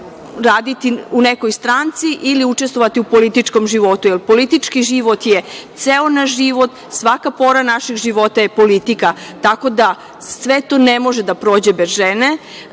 raditi u nekoj stranci ili učestvovati u političkom životu, jer politički život je ceo na život, svaka pora naših života je politika. Tako da, sve to ne može da prođe bez žene. Zato